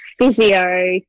physio